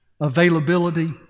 availability